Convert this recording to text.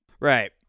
Right